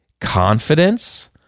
confidence